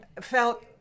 felt